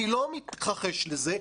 אני לא מתכחש לזה,